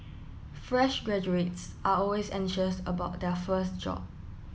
fresh graduates are always anxious about their first job